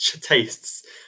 tastes